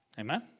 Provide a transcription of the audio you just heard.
Amen